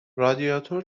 رادیاتور